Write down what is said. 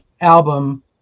album